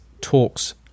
talks